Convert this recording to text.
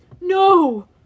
no